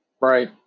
Right